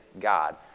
God